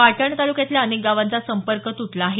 पाटण तालुक्यातल्या अनेक गावांचा संपर्क तुटला आहे